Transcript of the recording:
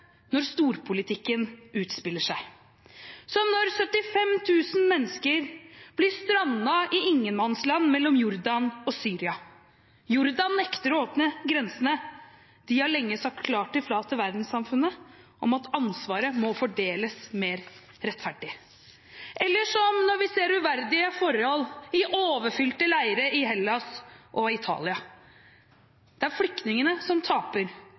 når storpolitikken utspiller seg – som når 75 000 mennesker strander i ingenmannsland mellom Jordan og Syria. Jordan nekter å åpne grensene. De har lenge sagt klart ifra til verdenssamfunnet om at ansvaret må fordeles mer rettferdig. Og når vi ser uverdige forhold i overfylte leire i Hellas og Italia, er det flyktningene som taper